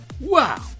Wow